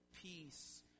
peace